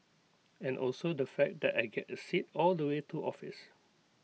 and also the fact that I get A seat all the way to office